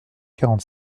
quarante